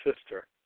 sister